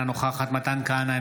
אינה נוכחת מתן כהנא,